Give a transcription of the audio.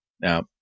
Now